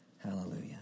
Hallelujah